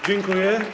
Dziękuję.